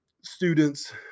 students